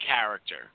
character